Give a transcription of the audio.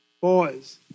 boys